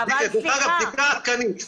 מדובר על בדיקה עדכנית.